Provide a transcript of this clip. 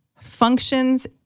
functions